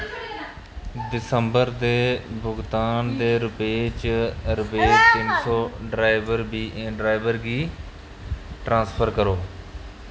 दिसंबर दे भुगतान दे रूपै च रपेऽ तिन्न सौ ड्राइवर बी ड्राइवर गी ट्रांसफर करो